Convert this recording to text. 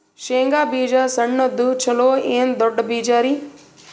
ಶೇಂಗಾ ಬೀಜ ಸಣ್ಣದು ಚಲೋ ಏನ್ ದೊಡ್ಡ ಬೀಜರಿ?